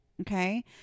Okay